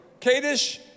Kadesh